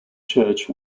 church